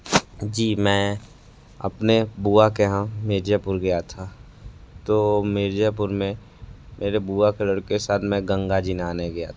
जी मैं अपने बुआ के यहाँ मिर्ज़ापुर गया था तो मिर्ज़ापुर में मेरे बुआ के लड़के साथ मैं गंगा जी नहाने गया था